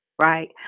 Right